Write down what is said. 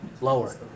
lower